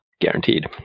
guaranteed